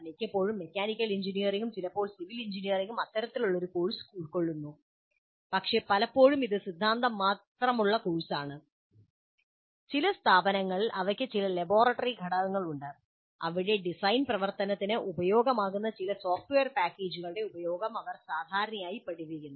മിക്കപ്പോഴും മെക്കാനിക്കൽ എഞ്ചിനീയറിംഗും ചിലപ്പോൾ സിവിൽ എഞ്ചിനീയറിംഗും അത്തരമൊരു കോഴ്സ് ഉൾക്കൊള്ളുന്നു പക്ഷേ പലപ്പോഴും ഇത് സിദ്ധാന്തം മാത്രം കോഴ്സാണ് ചില സ്ഥാപനങ്ങളിൽ അവയ്ക്ക് ചില ലബോറട്ടറി ഘടകങ്ങളുണ്ട് അവിടെ ഡിസൈൻ പ്രവർത്തനത്തിൽ ഉപയോഗപ്രദമാകുന്ന ചില സോഫ്റ്റ്വെയർ പാക്കേജുകളുടെ ഉപയോഗം അവർ സാധാരണയായി പഠിപ്പിക്കുന്നു